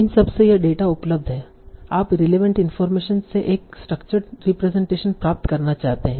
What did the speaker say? इन सब से यह डेटा उपलब्ध है आप रिलेवेंट इनफार्मेशन से एक स्ट्रक्चर्ड रिप्रजेंटेशन प्राप्त करना चाहते हैं